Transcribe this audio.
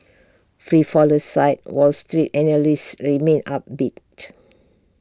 free fall aside wall street analysts remain upbeat